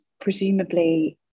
presumably